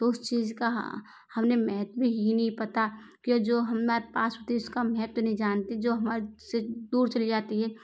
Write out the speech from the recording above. तो उस चीज का हमने महत्व ही नहीं पता कि जो हमारे पास थी उसका महत्व नहीं जानती जो हमारी से दूर चली जाती है